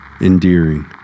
endearing